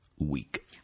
week